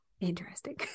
Interesting